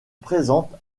présente